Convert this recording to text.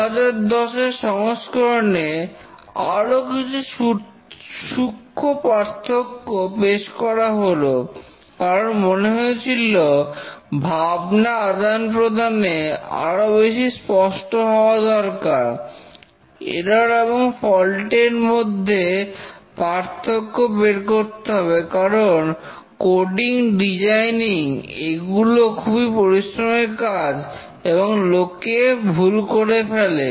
2010 এর সংস্করণে আরো কিছু সূক্ষ্ম পার্থক্য পেশ করা হল কারণ মনে হয়েছিল ভাবনা আদান প্রদানে আরও বেশী স্পষ্ট হওয়া দরকার এরর এবং ফল্ট এরমধ্যে পার্থক্য বের করতে হবে কারণ কোডিং ডিজাইনিং এগুলো খুবই পরিশ্রমের কাজ এবং লোকে ভুল করে ফেলে